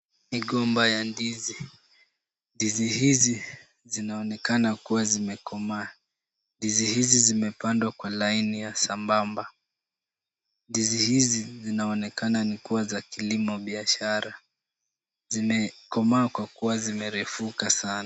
Migomba ya ndizi. Ndizi hizi zinaonekana kuwa zimekomaa. Ndizi hizi zimepandwa kwa laini ya sambamba. Ndizi hizi zinaonekana ni kuwa za kilimo biashara. Zimekomaa kwa kuwa zimerefuka sana.